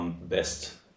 Best